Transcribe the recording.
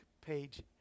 page